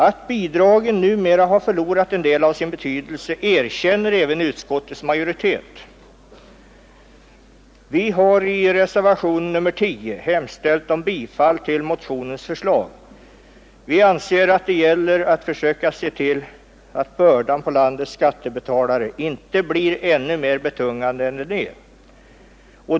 Att bidragen numera har förlorat en del av sin betydelse erkänner även utskottets majoritet. Vi har i reservationen 10 hemställt om bifall till motionens förslag. Vi anser att det gäller att försöka se till att bördan på landets skattebetalare inte blir ännu mer betungande än den är.